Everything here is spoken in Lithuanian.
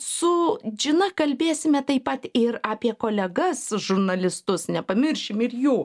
su džina kalbėsime taip pat ir apie kolegas žurnalistus nepamiršim ir jų